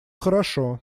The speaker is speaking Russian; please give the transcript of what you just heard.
хорошо